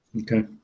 Okay